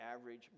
average